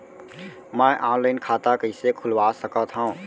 मैं ऑनलाइन खाता कइसे खुलवा सकत हव?